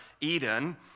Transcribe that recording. Eden